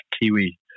Kiwi